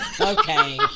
Okay